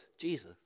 Jesus